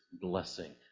blessing